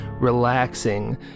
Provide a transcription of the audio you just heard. relaxing